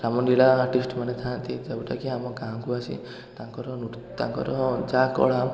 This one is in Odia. ରାମଲୀଳା ଆର୍ଟିଷ୍ଟମାନେ ଥାଆନ୍ତି ଯେଉଁଟାକି ଆମ ଗାଁକୁ ଆସି ତାଙ୍କର ନୃତ୍ୟ ଯାହା କଳା